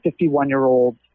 51-year-old